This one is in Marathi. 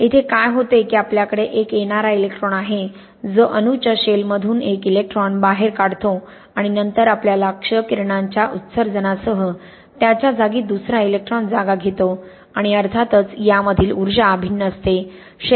येथे काय होते की आपल्याकडे एक येणारा इलेक्ट्रॉन आहे जो अणूच्या शेलमधून एक इलेक्ट्रॉन बाहेर काढतो आणि नंतर आपल्याला क्ष किरणांच्या उत्सर्जनासह त्याच्या जागी दुसरा इलेक्ट्रॉन जागा घेतो आणि अर्थातच यामधील ऊर्जा भिन्न असते